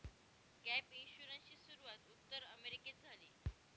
gap इन्शुरन्सची सुरूवात उत्तर अमेरिकेत झाली